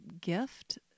gift